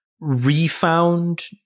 refound